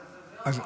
זו הבעיה.